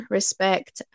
Respect